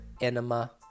enema